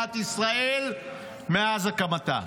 במדינת ישראל מאז הקמתה.